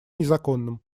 незаконным